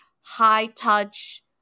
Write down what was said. high-touch